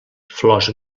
flors